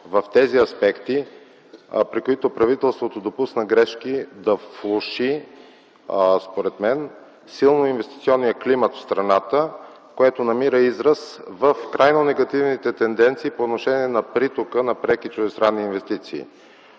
в тези аспекти, при които правителството допусна грешки да влоши, според мен, силно инвестиционния климат в страната, което намира израз в крайно негативните тенденции по отношение на притока на преки чуждестранни инвестиции.